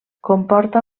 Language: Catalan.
comporta